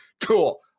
cool